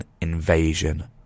invasion